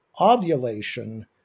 ovulation